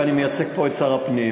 ואני מייצג פה את שר הפנים,